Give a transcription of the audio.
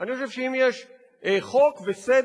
אני חושב שאם יש חוק וסדר,